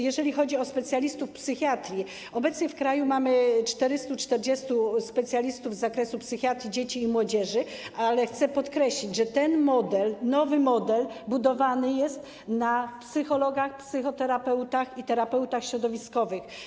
Jeżeli chodzi o specjalistów psychiatrii, obecnie w kraju mamy 440 specjalistów z zakresu psychiatrii dzieci i młodzieży, ale chcę podkreślić, że ten nowy model budowany jest w oparciu o psychologów, psychoterapeutów i terapeutów środowiskowych.